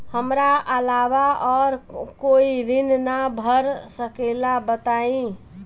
हमरा अलावा और कोई ऋण ना भर सकेला बताई?